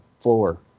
floor